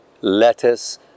lettuce